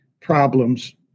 problems